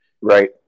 Right